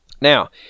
Now